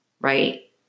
right